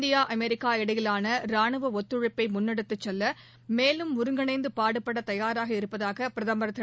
India America இடையிலான ராணுவ ஒத்துழைப்பை முன்னெடுத்துச் செல்ல மேலும் ஒருங்கிணைந்து பாடுபட தயாராக இருப்பதாக பிரதமர் திரு